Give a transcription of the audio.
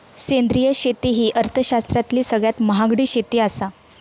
सेंद्रिय शेती ही अर्थशास्त्रातली सगळ्यात महागडी शेती आसा